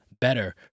better